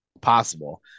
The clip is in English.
possible